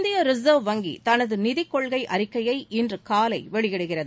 இந்திய ரிசர்வ் வங்கி தனது நிதிக்கொள்கை அறிக்கையை இன்று காலை வெளியிடுகிறது